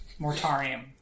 Mortarium